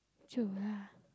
true lah